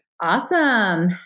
Awesome